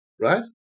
right